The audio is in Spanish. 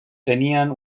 tenían